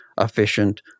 efficient